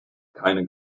keine